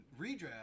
redraft